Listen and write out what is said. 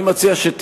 אני מציע לך,